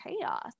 chaos